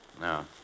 No